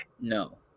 No